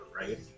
right